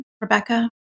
Rebecca